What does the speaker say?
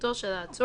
בנוכחותו של העצור,